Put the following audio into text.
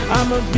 I'ma